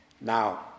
Now